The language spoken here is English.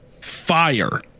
fire